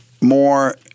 more